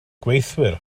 gweithwyr